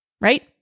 right